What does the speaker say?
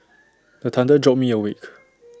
the thunder jolt me awake